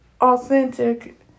authentic